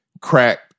cracked